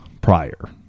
prior